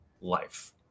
life